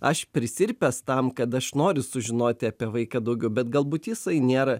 aš prisirpęs tam kad aš noriu sužinoti apie vaiką daugiau bet galbūt jisai nėra